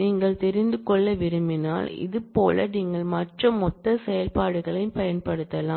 நீங்கள் தெரிந்து கொள்ள விரும்பினால் இதேபோல் நீங்கள் மற்ற மொத்த செயல்பாடுகளையும் பயன்படுத்தலாம்